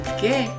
Okay